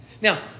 Now